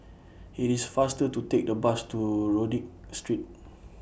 IT IS faster to Take The Bus to Rodyk Street